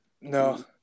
no